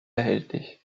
erhältlich